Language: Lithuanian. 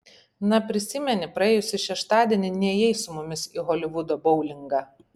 na prisimeni praėjusį šeštadienį nėjai su mumis į holivudo boulingą